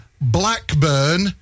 Blackburn